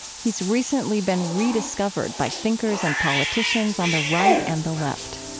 he's recently been rediscovered by thinkers and politicians on the right and the left